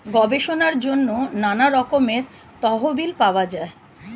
গবেষণার জন্য নানা রকমের তহবিল পাওয়া যায়